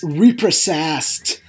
reprocessed